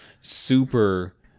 super